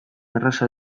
erraza